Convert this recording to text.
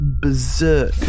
berserk